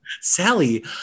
Sally